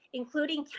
including